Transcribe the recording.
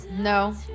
No